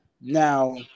now